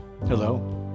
Hello